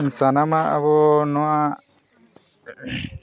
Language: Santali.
ᱥᱟᱱᱟᱢᱟᱜ ᱟᱵᱚ ᱱᱚᱣᱟ